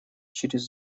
через